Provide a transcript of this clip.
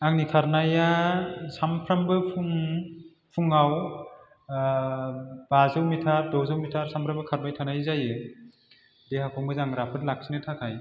आंनि खारनाया सामफ्रामबो फुं फुङाव बाजौ मिटार द'जौ मिटार सामफ्रोमबो खारबाय थानाय जायो देहाखौ मोजां राफोद लाखिनो थाखाय